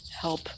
help